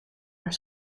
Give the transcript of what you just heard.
haar